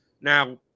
Now